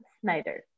Snyder